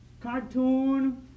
cartoon